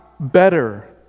Better